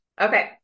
Okay